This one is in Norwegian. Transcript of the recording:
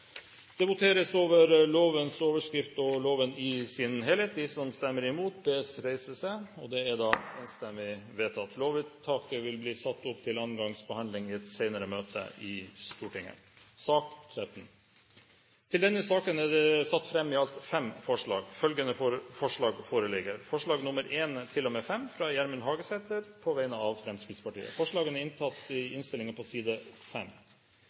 Det voteres over lovens overskrift og loven i sin helhet. Lovvedtaket vil bli ført opp til annen gangs behandling i et senere møte i Stortinget. Under debatten er det satt fram i alt fem forslag. Det er forslagene nr. 1–5, fra Gjermund Hagesæter på vegne av Fremskrittspartiet.